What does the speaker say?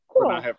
Cool